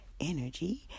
energy